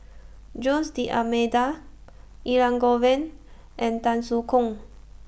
Jose D'almeida Elangovan and Tan Soo Khoon